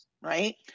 Right